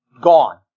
Gone